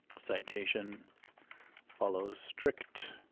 citation follows strict